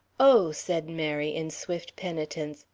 oh, said mary, in swift penitence,